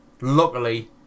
luckily